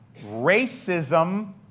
racism